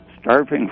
starving